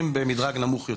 מה יעזור לך יותר.